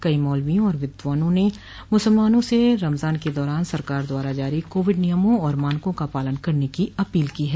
कई मौलवियों और विद्वानों ने मुसलमानों से रमजान के दौरान सरकार द्वारा जारी कोविड नियमों और मानकों का पालन करने की अपील की है